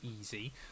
easy